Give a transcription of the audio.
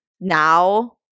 now